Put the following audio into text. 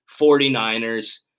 49ers